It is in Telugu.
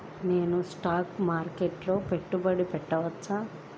నేను స్టాక్ మార్కెట్లో పెట్టుబడి పెట్టవచ్చా?